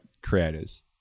creators